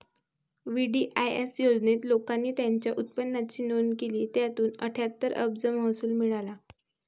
VDIS योजनेत, लोकांनी त्यांच्या उत्पन्नाची नोंद केली, ज्यातून अठ्ठ्याहत्तर अब्ज महसूल मिळाला